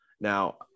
Now